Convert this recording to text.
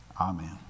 Amen